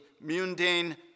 mundane